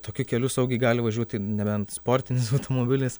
tokiu keliu saugiai gali važiuoti nebent sportinis automobilis